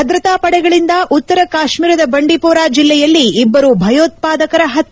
ಭದ್ರತಾ ಪಡೆಗಳಿಂದ ಉತ್ತರ ಕಾಶ್ನೀರದ ಬಂಡಿಪೋರಾ ಜಿಲ್ಲೆಯಲ್ಲಿ ಇಬ್ಬರು ಭಯೋತ್ವಾದಕರ ಹತ್ಲೆ